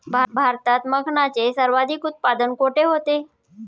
भारतात मखनाचे सर्वाधिक उत्पादन कोठे होते?